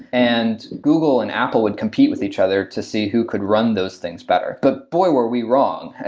and google and apple would compete with each other to see who could run those things better. but, boy, were we wrong. and